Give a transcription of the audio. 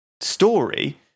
story